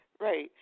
Right